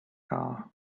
car